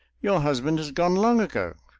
your husband has gone long ago!